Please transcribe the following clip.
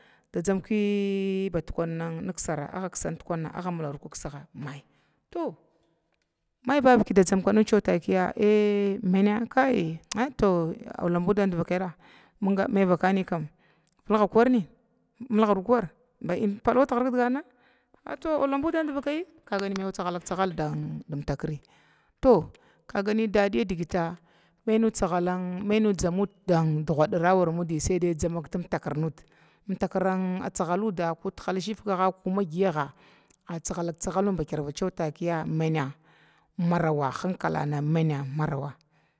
Da dzanjya badkah muda aga mularu kiksaga my, to my vavaka da dzamkw nudi maitakiya maina minga may vakani vilga vilga hamina knda mulgaru kuwar bapalnin tigir kidgana aula vand divakayi, to kagani dadiya digita mainud tsagola mainud dzamud dugadira awara mudi dzamak timtakir mda atsagainda ko manig shivga ko mamaya giyaga tsagalak ba takiya maina marau hinkalana maina marau.